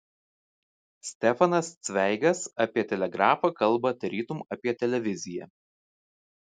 stefanas cveigas apie telegrafą kalba tarytum apie televiziją